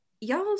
Y'all